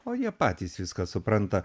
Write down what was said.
o jie patys viską supranta